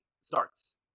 starts